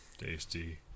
tasty